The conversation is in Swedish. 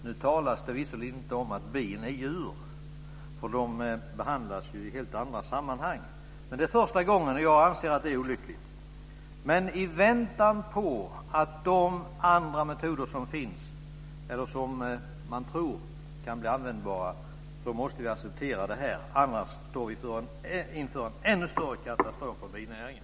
Nu talas det visserligen inte om att bin är djur, för de behandlas ju i helt andra sammanhang. Det är första gången, och jag anser att det är olyckligt. I väntan på andra metoder som man tror kan bli användbara måste vi acceptera detta, annars står vi inför en ännu större katastrof för binäringen.